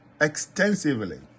extensively